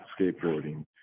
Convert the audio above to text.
skateboarding